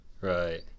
right